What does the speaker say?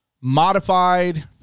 modified